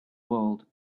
world